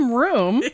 room